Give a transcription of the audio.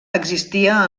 existia